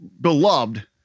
beloved